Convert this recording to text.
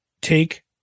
Take